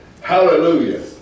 Hallelujah